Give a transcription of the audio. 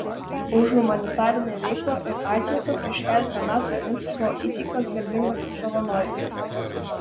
už humanitarinę veiklą ir atjautą prieš keletą metų princui buvo įteiktas garbingas apdovanojimas